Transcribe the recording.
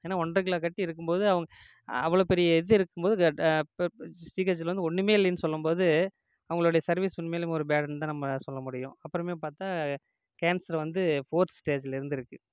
ஏன்னா ஒன்றரை கிலோ கட்டி இருக்கும்போது அவுங்க அவ்வளோ பெரிய இது இருக்கும்போது கரெக்டாக ஜிஹெச்சில் வந்து ஒன்றுமே இல்லைன்னு சொல்லும்போது அவங்களோடைய சர்வீஸ் உண்மையிலும் ஒரு பேடுன்னு தான் நம்ம சொல்ல முடியும் அப்புறமே பார்த்தா கேன்சர் வந்து ஃபோர்த் ஸ்டேஜ்ல இருந்துருக்குது